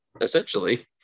Essentially